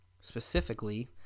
specifically